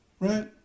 right